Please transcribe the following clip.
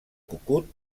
cucut